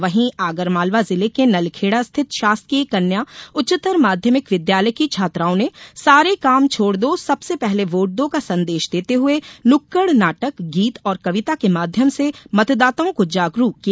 वहीं आगरमालवा जिले के नलखेडा स्थित शासकीय कन्या उच्चतर माध्यमिक विद्यालय की छात्राओं ने सारे काम छोड़ दो सबसे पहले वोट दो का सन्देश देते हुए नुक्कड़ नाटक गीत और कविता के माध्यम से मतदाताओं को जागरूक किया